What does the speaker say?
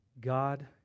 God